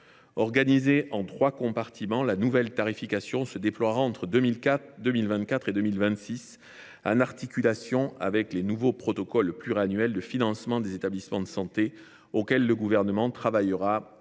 Organisée en trois compartiments, la nouvelle tarification se déploiera entre 2024 et 2026, en articulation avec les nouveaux protocoles pluriannuels de financement des établissements de santé auxquels le Gouvernement travaillera